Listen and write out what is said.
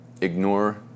ignore